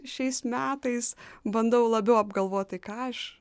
šiais metais bandau labiau apgalvot tai ką aš